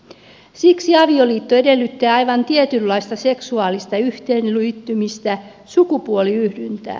siksi avioliitto edellyttää aivan tietynlaista seksuaalista yhteenliittymistä sukupuoliyhdyntää